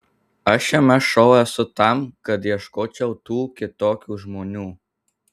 aš šiame šou esu tam kad ieškočiau tų kitokių žmonių